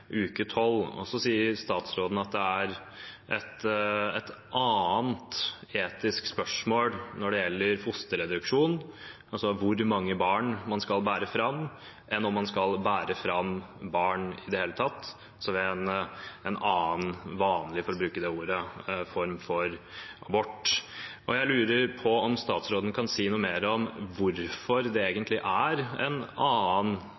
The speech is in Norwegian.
uke tolv. Statsråden sier at det er et annet etisk spørsmål når det gjelder fosterreduksjon, altså hvor mange barn man skal bære fram, enn om man skal bære fram barn i det hele tatt, altså en annen, vanlig – for å bruke det ordet – form for abort. Jeg lurer på om statsråden kan si noe mer om hvorfor det egentlig er en annen